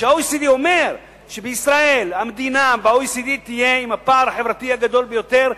וה-OECD אומר שישראל תהיה ב-OECD המדינה עם הפער החברתי הגדול ביותר,